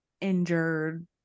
injured